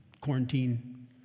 quarantine